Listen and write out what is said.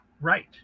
Right